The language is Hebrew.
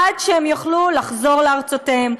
עד שהם יוכלו לחזור לארצותיהם.